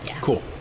Cool